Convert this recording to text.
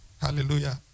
Hallelujah